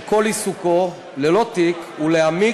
שכל עיסוקו להעמיק